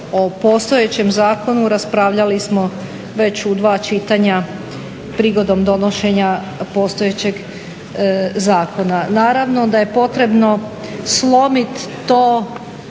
i postojećem zakonu raspravljali smo već u dva čitanja prigodom donošenja postojećeg zakona. Naravno da je potrebno slomiti to